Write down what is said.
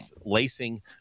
lacing